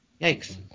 Yikes